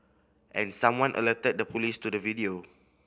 and someone alerted the police to the video